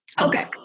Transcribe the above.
okay